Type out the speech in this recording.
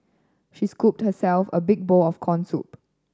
she scooped herself a big bowl of corn soup